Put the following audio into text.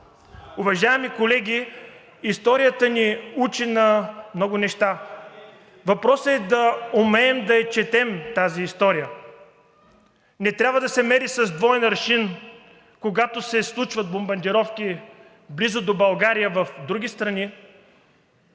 Уважаеми колеги, историята ни учи на много неща – въпросът е да умеем да четем тази история. Не трябва да се мери с двоен аршин, когато се случват бомбардировки в страни близо до България, и сега,